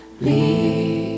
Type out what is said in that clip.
leave